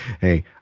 hey